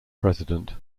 president